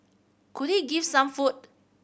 could he give some food